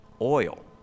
Oil